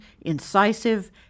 incisive